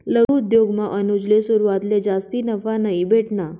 लघु उद्योगमा अनुजले सुरवातले जास्ती नफा नयी भेटना